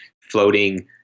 floating